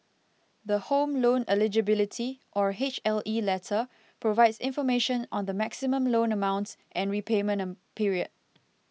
the Home Loan Eligibility or H L E letter provides information on the maximum loan amount and repayment period